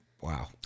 Wow